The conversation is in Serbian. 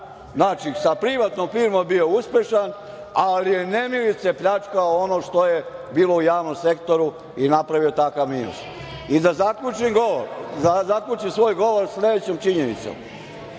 Znači, sa privatnom firmom bio uspešan, ali je nemilice pljačkao ono što je bilo u javnom sektoru i napravio takav minus. Da zaključim svoj govor sledećom činjenicom,